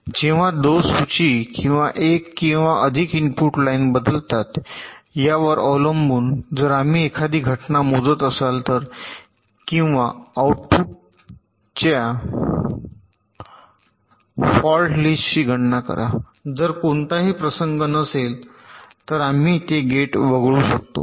जेव्हा दोष सूची एक किंवा अधिक इनपुट लाइन बदलतात यावर अवलंबून जर आम्ही एखादी घटना मोजत असाल तर किंवा आउटपुटच्या फॉल्ट लिस्टची गणना करा जर कोणताही प्रसंग नसेल तर आम्ही ते गेट वगळू शकतो